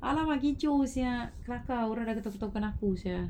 !alamak! kecoh sia kelakar orang tak tahu kenapa sia